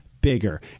bigger